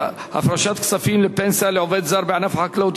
הפרשת כספים לפנסיה לעובד זר בענף החקלאות),